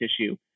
tissue